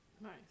Nice